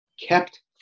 kept